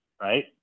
right